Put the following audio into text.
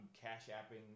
cash-apping